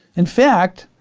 in fact,